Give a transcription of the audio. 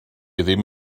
ddim